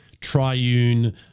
triune